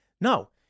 No